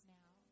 now